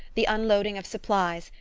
the unloading of supplies,